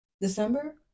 December